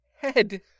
head